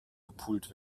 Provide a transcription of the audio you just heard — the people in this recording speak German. gepult